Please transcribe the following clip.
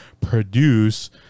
produce